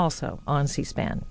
also on c span